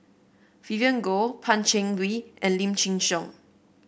Vivien Goh Pan Cheng Lui and Lim Chin Siong